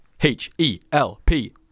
H-E-L-P